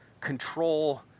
control